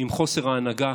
עם חוסר ההנהגה,